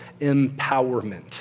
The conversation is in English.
empowerment